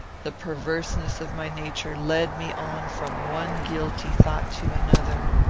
the perverseness of my nature led me on from one guilty thought to another.